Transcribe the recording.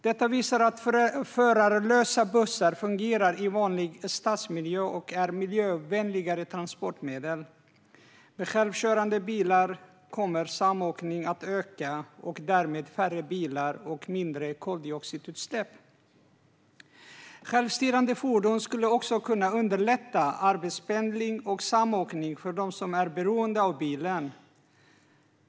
Detta visar att förarlösa bussar fungerar i vanlig stadsmiljö och är miljövänligare transportmedel. Med självkörande bilar kommer samåkningen att öka, och därmed blir det färre bilar och mindre koldioxidutsläpp. Självstyrande fordon skulle också kunna underlätta arbetspendling och samåkning för dem som är beroende av bilen.